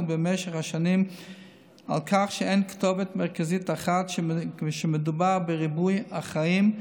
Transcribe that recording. במשך השנים על כך שאין כתובת מרכזית אחת ושמדובר בריבוי אחראים,